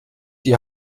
die